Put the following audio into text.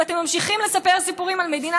ואתם ממשיכים לספר סיפורים על מדינה